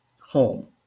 home